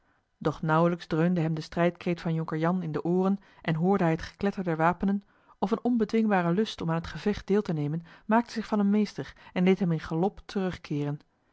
doch nauwelijks dreunde hem de strijdkreet van jonker jan in de ooren en hoorde hij het gekletter der wapenen of een onbedwingbare lust om aan het gevecht deel te nemen maakte zich van hem meester en deed hem in galop terugkeeren